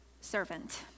servant